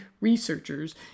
researchers